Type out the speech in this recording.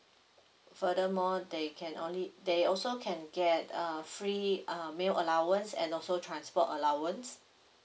furthermore they can only they also can get a free um meal allowance and also transport allowance